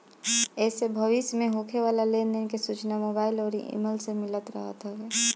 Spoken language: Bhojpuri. एसे भविष्य में होखे वाला लेन देन के सूचना मोबाईल अउरी इमेल से मिलत रहत हवे